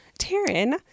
Taryn